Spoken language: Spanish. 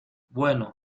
bueno